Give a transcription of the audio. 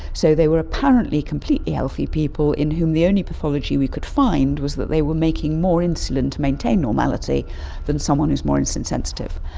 so they were apparently completely healthy people in whom the only pathology we could find was that they were making more insulin to maintain normality than someone who is more insulin sensitive.